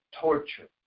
torture